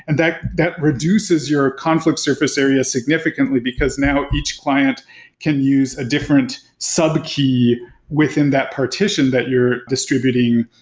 and that that reduces your conflict surface area significantly, because now each client can use a different sub-key within that partition that you're distributing.